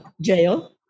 jail